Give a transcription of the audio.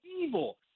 evil